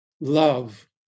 love